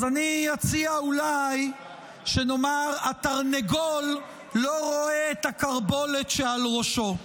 אז אני אציע אולי שנאמר: התרנגול לא רואה את הכרבולת שעל ראשו.